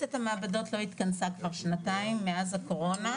מועצת המעבדות לא התכנסה כבר שנתיים מאז הקורונה.